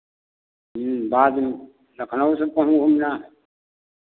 ह्म्म बाद में लखनऊ सब कहूँ घूमना है